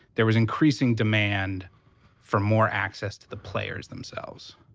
there was increasing demand for more access to the players themselves.